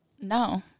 No